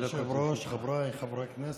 אדוני היושב-ראש, חבריי חברי הכנסת.